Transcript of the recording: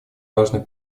важный